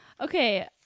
okay